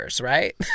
right